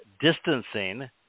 distancing